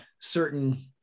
certain